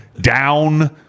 down